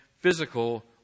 physical